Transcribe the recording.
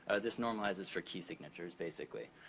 ah this normalizes for key signatures, basically.